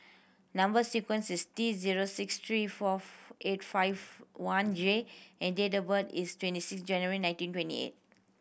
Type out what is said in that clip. number sequence is T zero six three four eight five one J and date of birth is twenty six January nineteen twenty eight